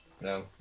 no